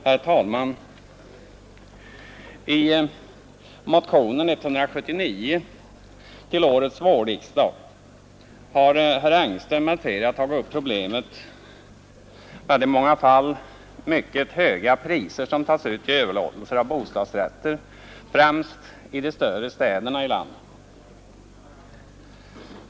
Herr talman! I motionen 179 till årets vårriksdag har herr Engström tillsammans med några partikamrater tagit upp problemet med de i många fall mycket höga priser som tas ut vid överlåtelser av bostadsrättslägenheter, främst inom de större städerna i landet.